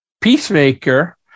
Peacemaker